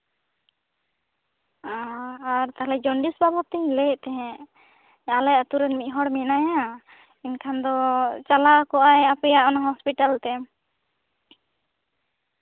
ᱟᱨ ᱡᱚᱱᱰᱤᱥ ᱵᱟᱵᱚᱫ ᱛᱤᱧ ᱞᱟᱹᱭᱮᱜ ᱛᱟᱸᱦᱮᱜ ᱟᱞᱮ ᱟᱹᱛᱩᱨᱮ ᱢᱤᱫᱦᱚᱲ ᱢᱮᱱᱟᱭᱟ ᱮᱱᱠᱷᱟᱱ ᱫᱚ ᱪᱟᱞᱟᱣ ᱠᱚᱜᱼᱟᱭ ᱟᱯᱮᱭᱟᱜ ᱦᱚᱥᱯᱤᱴᱟᱞᱛᱮ